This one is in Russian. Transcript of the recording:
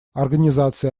организация